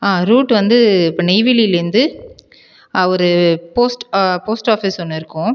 ஆ route வந்து இப்போ நெய்வேலிலேந்து ஒரு போஸ்ட் போஸ்ட் ஆபீஸ் ஒன்று இருக்கும்